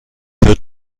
führt